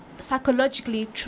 Psychologically